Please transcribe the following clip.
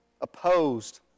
opposed